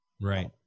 Right